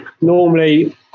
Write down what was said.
Normally